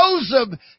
Joseph